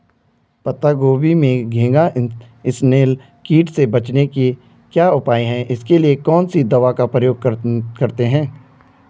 पत्ता गोभी में घैंघा इसनैल कीट से बचने के क्या उपाय हैं इसके लिए कौन सी दवा का प्रयोग करते हैं?